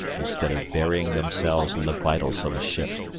instead of burying themselves in the vitals of a ship.